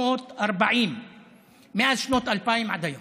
1,340 מאז שנת 2000 ועד היום.